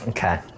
Okay